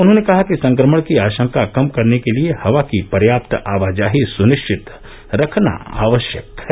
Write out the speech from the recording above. उन्होंने कहा कि संकमण की आशंका कम करने के लिए हवा की पर्याप्त आवाजाही सुनिश्चित रखना आवश्यक है